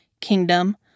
kingdom